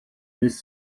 this